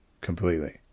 completely